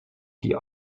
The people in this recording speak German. die